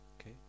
Okay